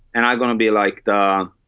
and i'm gonna be like um